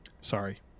Sorry